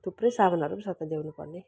थुप्रै साबुनहरू पनि छ त ल्याउनुपर्ने